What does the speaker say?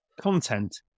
content